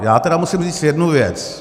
Já tedy musím říct jednu věc.